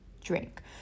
drink